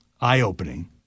eye-opening